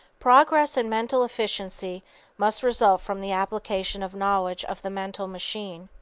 progress in mental efficiency must result from the application of knowledge of the mental machine.